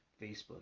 Facebook